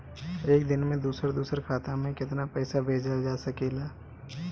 एक दिन में दूसर दूसर खाता में केतना पईसा भेजल जा सेकला?